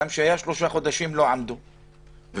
גם כשהיו שלושה חודשים לא עמדו בזה,